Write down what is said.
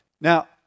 now